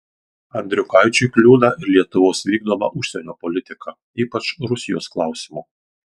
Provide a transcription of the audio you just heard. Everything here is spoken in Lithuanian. andriukaičiui kliūna ir lietuvos vykdoma užsienio politika ypač rusijos klausimu